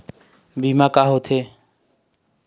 बीमा का होते?